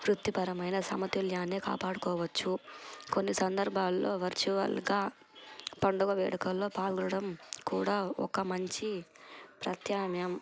వృత్తిపరమైన సమతుల్యాన్ని కాపాడుకోవచ్చు కొన్ని సందర్భాల్లో వర్చువల్గా పండుగ వేడుకల్లో పాల్గొడం కూడా ఒక మంచి ప్రత్యామ్నాయం